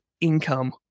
income